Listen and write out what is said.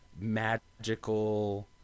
magical